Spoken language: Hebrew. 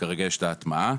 וכרגע יש את ההטמעה.